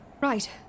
Right